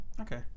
Okay